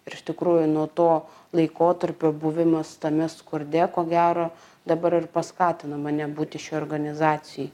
ir iš tikrųjų nuo to laikotarpio buvimas tame skurde ko gero dabar ir paskatino mane būti šioj organizacijoj